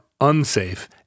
unsafe